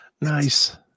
Nice